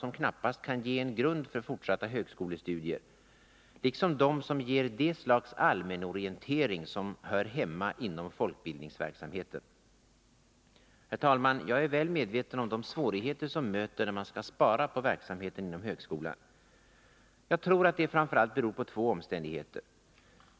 som knappast kan ge en grund för fortsatta högskolestudier, liksom dem som ger det slags allmänorientering som hör hemma inom folkbildningsverksamheten. Herr talman! Jag är väl medveten om de svårigheter som möter när man skall spara på verksamheten inom högskolan. Jag tror att svårigheterna framför allt har två orsaker.